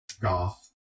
goth